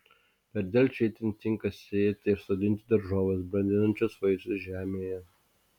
per delčią itin tinka sėti ir sodinti daržoves brandinančias vaisius žemėje